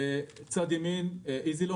בצד ימין Easy loan